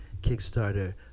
Kickstarter